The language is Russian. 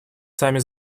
сами